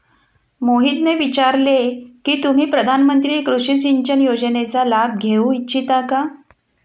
मोहितने विचारले की तुम्ही प्रधानमंत्री कृषि सिंचन योजनेचा लाभ घेऊ इच्छिता का?